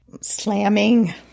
slamming